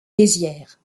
mézières